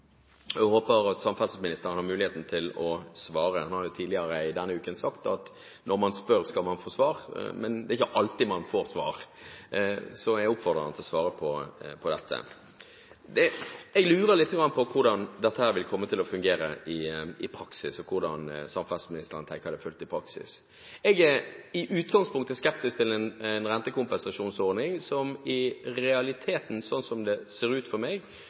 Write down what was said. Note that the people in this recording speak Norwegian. Jeg håper at samferdselsministeren har mulighet til å svare, han har jo tidligere denne uken sagt at når man spør, skal man få svar. Men det er ikke alltid man får svar, så jeg oppfordrer ham til å svare på dette. Jeg lurer litt på hvordan dette vil komme til å fungere i praksis, og hvordan samferdselsministeren tenker det vil fungere i praksis. Jeg er i utgangspunktet skeptisk til en rentekompensasjonsordning som i realiteten, slik som det ser ut for meg,